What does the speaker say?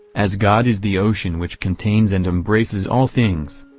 as god is the ocean which contains and embraces all things.